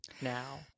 now